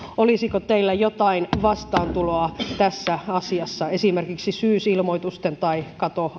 olisiko teillä jotain vastaantuloa tässä asiassa esimerkiksi syysilmoitusten tai